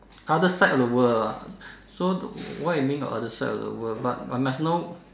other side of the world ah so the what you mean by the other side of the world but must know